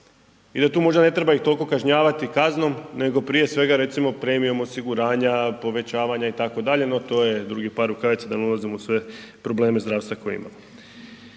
i da tu možda ne treba ih toliko kažnjavati kaznom nego prije svega recimo premijom osiguranja, povećavanja itd., no to je drugi par rukavica da ne ulazim u sve probleme zdravstva koje imamo.